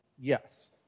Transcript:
Yes